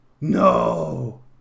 No